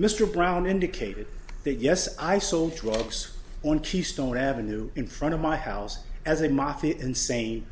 mr brown indicated that yes i sold drugs on keystone avenue in front of my house as a mafia insane